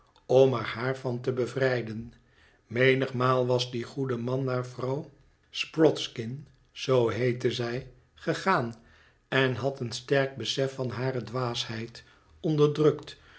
er haar van te bevrijden menigmaal was die goede man naar vrouw sprodskin zoo heette zij gegaan en had een sterk besef van hare dwaasheid onderdrukt